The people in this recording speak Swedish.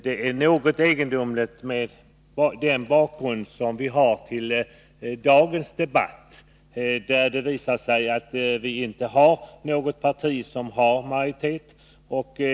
Det är något egendomligt med tanke på bakgrunden till dagens debatt, där det har visat sig att det inte finns något parti som har majoritet.